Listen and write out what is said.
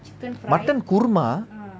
mutton kurma